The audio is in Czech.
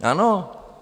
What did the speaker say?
Ano?